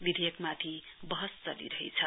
विधेयकमाथि बहस चलिरहेछ